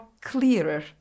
clearer